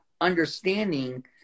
understanding